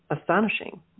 astonishing